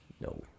no